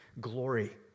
glory